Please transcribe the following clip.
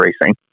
racing